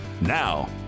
Now